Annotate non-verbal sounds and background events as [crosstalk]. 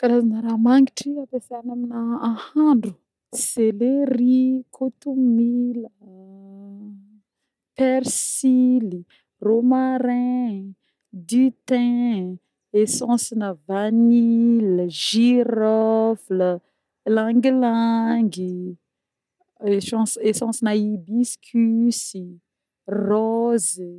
Karazagna raha magnitry ampesena amina ahandro: celeri, kotomila, [hesitation] persily, romarin, du thyn, essence-na vanille, girofle, Ylang-ylang, essence essence-na hibiscus, rôzy.